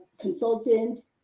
consultant